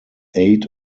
eight